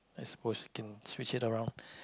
I suppose can switch it around